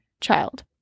child